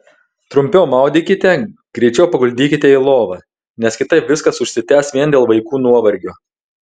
trumpiau maudykite greičiau paguldykite į lovą nes kitaip viskas užsitęs vien dėl vaikų nuovargio